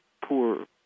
poor